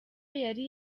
yari